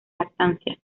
lactancia